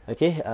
Okay